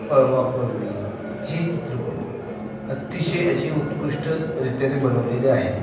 पळवापळवी हे चित्रपट अतिशय अशी उत्कृष्टरित्याने बनवलेले आहेत